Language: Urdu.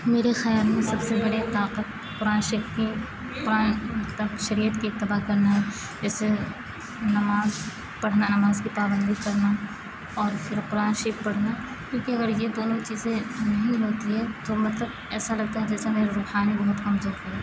میرے سامنے سب سے بڑے طاقت قرآن شریف قرآن شریف کی اتباع کرنا ہے اس سے نماز پڑھنا نماز کی پابندی کرنا اور پھر قرآن شریف پڑھنا کیونکہ اگر یہ دونوں چیزیں نہیں ہوتی ہیں تو مطلب ایسا لگتا ہے جیسے میں روحانی بہت کمزور ہوں